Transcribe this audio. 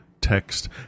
text